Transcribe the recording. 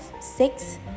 six